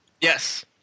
Yes